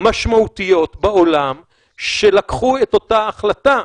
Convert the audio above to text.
משמעותיות בעולם שלקחו את אותה החלטה,